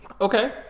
Okay